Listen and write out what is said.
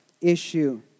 issue